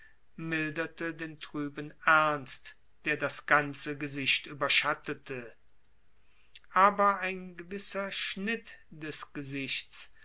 milderte den trüben ernst der das ganze gesicht überschattete aber ein gewisser schnitt des gesichts